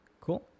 Cool